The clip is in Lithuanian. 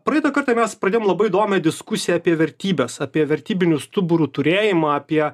praeitą kartą mes pradėjom labai įdomią diskusiją apie vertybes apie vertybinių stuburų turėjimą apie